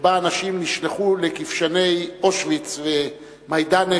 שבה אנשים נשלחו לכבשני אושוויץ ומיידנק